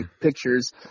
Pictures